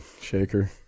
shaker